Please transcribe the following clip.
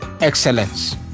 Excellence